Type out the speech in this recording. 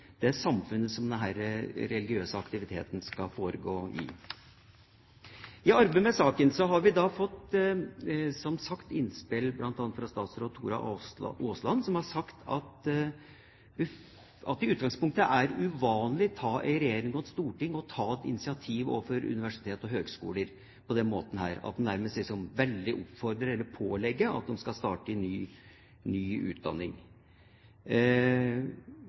det samfunnet som den religiøse aktiviteten skal foregå i. I arbeidet med saken har vi som sagt fått innspill fra bl.a. statsråd Tora Aasland, som har sagt at det i utgangspunktet er uvanlig av en regjering og et storting å ta et initiativ overfor universitet og høgskoler på denne måten, at en nærmest oppfordrer til eller pålegger dem å starte en ny utdanning. Hun registrerer at Islamsk Råd synes å være skeptiske til om en slik utdanning